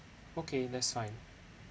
okay that's fine